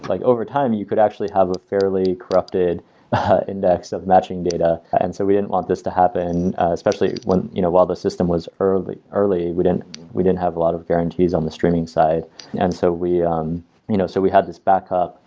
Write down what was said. like over time, you could actually have a fairly corrupted index of matching data and so we didn't want this to happen. especially you know while the system was early, we didn't we didn't have a lot of guarantees on the streaming side and so we um you know so we had this backup,